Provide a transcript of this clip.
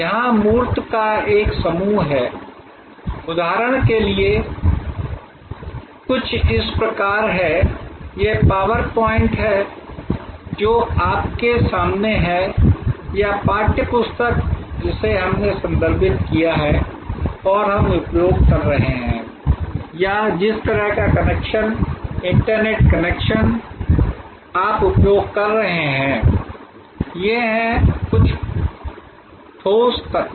यहाँ मूर्त का एक समूह है उदाहरण के लिए कुछ इस प्रकार है यह पावर पॉइंट जो आपके सामने है या पाठ पुस्तक जिसे हमने संदर्भित किया है और हम उपयोग कर रहे हैं या जिस तरह का कनेक्शन इंटरनेट कनेक्शन आप उपयोग कर रहे हैं ये हैं कुछ ठोस तत्व